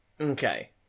Okay